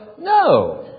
no